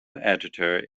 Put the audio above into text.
editor